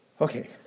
Okay